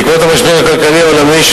בעקבות המשבר הכלכלי העולמי,